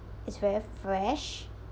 it's very fresh